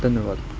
ਧੰਨਵਾਦ